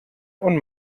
und